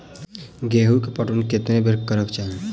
गेंहूँ केँ पटौनी कत्ते बेर करबाक चाहि?